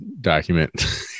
document